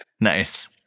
Nice